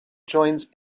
joins